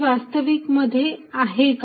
ही वास्तविक मध्ये आहे का